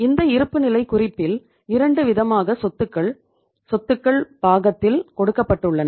இந்த இருப்புநிலை குறிப்பில் இரண்டு விதமான சொத்துக்கள் சொத்துக்கள் பாகத்தில் கொடுக்கப்பட்டுள்ளன